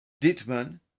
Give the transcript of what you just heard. ditman